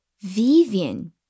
Vivian